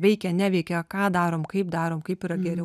veikia neveikia ką darom kaip darom kaip yra geriau